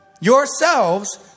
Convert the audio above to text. yourselves